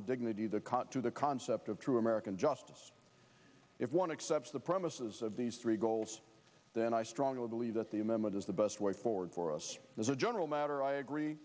and dignity the cot to the concept true american justice if one accepts the premises of these three goals then i strongly believe that the amendment is the best way forward for us as a general matter i agree